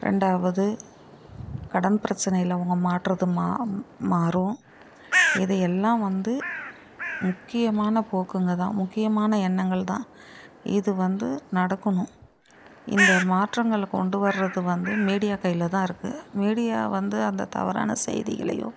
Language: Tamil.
ரெண்டாவது கடன் பிரச்சினையில அவங்க மாட்டுறது மா மாறும் இது எல்லாம் வந்து முக்கியமான போக்குங்க தான் முக்கியமான எண்ணங்கள் தான் இது வந்து நடக்கணும் இந்த மாற்றங்களை கொண்டு வரது வந்து மீடியா கையில் தான் இருக்குது மீடியா வந்து அந்த தவறான செய்திகளேயோ